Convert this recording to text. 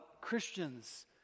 Christians